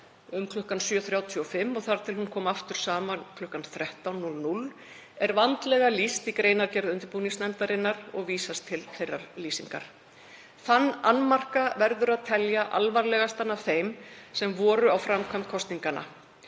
um kl. 7.35 og þar til hún kom aftur saman um kl. 13.00 er vandlega lýst í greinargerð undirbúningsnefndarinnar og vísast til þeirrar lýsingar. Þann annmarka verður að telja alvarlegastan af þeim sem voru á framkvæmd kosninganna.